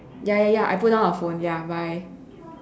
ya ya ya I put down the phone ya bye